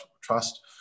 Trust